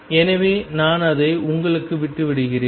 எனவே நான் அதை உங்களுக்காக விட்டு விடுகிறேன்